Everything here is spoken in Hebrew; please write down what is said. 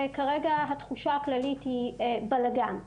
וכרגע התחושה הכללית היא בלגאן.